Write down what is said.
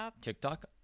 tiktok